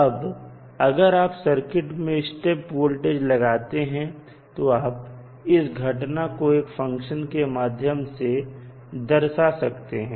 अब अगर आप सर्किट में स्टेप वोल्टेज लगाते हैं तो आप इस घटना को एक फंक्शन के माध्यम से दर्शा सकते हैं